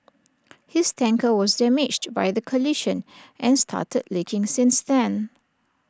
his tanker was damaged by the collision and started leaking since then